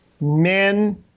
men